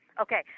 Okay